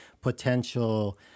potential